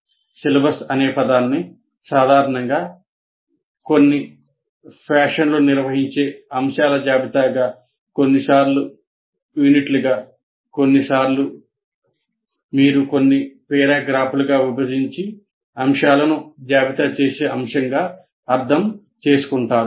"syllabus" అనే పదాన్ని సాధారణంగా కొన్ని ఫ్యాషన్లో నిర్వహించే అంశాల జాబితాగా కొన్నిసార్లు యూనిట్లుగా లేదా కొన్నిసార్లు మీరు కొన్ని పేరాగ్రాఫులుగా విభజించి అంశాలను జాబితా చేసే అంశంగా అర్థం చేసుకుంటారు